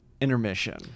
intermission